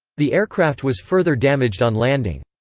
the aircraft was further damaged on landing.